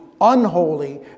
unholy